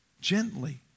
Gently